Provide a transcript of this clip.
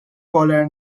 collar